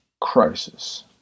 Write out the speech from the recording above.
crisis